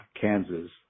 Kansas